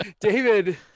David